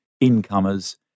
incomers